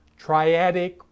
triadic